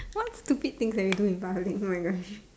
what stupid things can we do in public oh my gosh